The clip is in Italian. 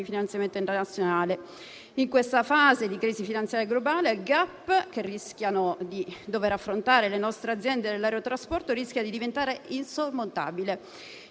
In questa fase di crisi finanziaria globale, il *gap* che rischiano di dover affrontare le nostre aziende dell'aerotrasporto rischia di diventare insormontabile.